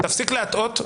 יואב, תפסיק להטעות.